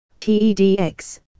TEDx